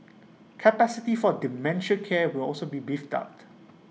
capacity for dementia care will also be beefed out